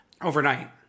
Overnight